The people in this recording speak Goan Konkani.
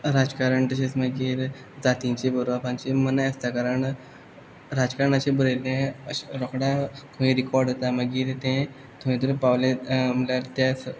राजकारण तशेंच मागीर जातींचे बरोवप हांचे मनाय आसता कारण राजकारणाचेर बरयलें अशें रोखड्या खंय रिकॉर्ड जाता मागीर तें थंय तर पावलें म्हणल्यार तें स